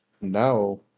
now